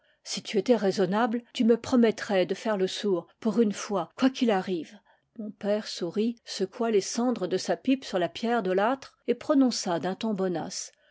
si tu étais raisonnable tu me promettrais de faire le sourd pour une fois quoi qu'il arrive mon père sourit secoua les cendres de sa pipe sur la pierre de l'âtre et prononça d'un ton bonasse